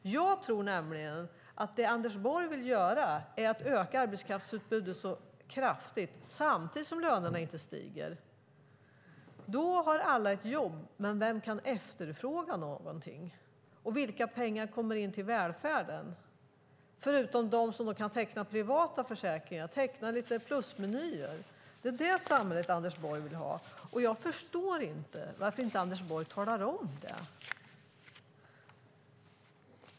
Jag tror att Anders Borg vill utöka arbetskraftsutbudet kraftigt samtidigt som lönerna inte stiger. Då har alla ett jobb, men vem kan efterfråga någonting? Vilka pengar kommer in till välfärden, förutom för dem som kan teckna privata försäkringar, teckna plus-menyer? Det är det samhället Anders Borg vill ha. Jag förstår inte varför inte Anders Borg talar om det.